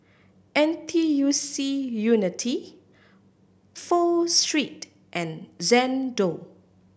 N T U C Unity Pho Street and Xndo